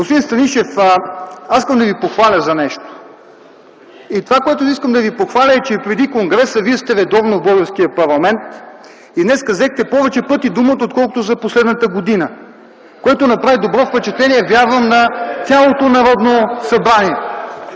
Господин Станишев, аз искам да Ви похваля за нещо и това е, че преди конгреса Вие сте редовно в българския парламент. Днес взехте повече пъти думата, отколкото за последната година, което направи добро впечатление, вярвам, на цялото Народно събрание.